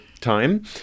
time